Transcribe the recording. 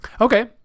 okay